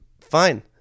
Fine